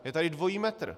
Je tady dvojí metr.